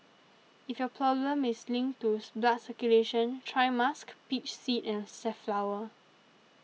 if your problem is linked to blood circulation try musk peach seed and safflower